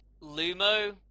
Lumo